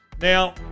Now